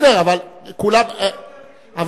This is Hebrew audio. פסיק לא, אתם לא הסכמתם לקבל הצעה, חבר הכנסת